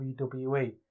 WWE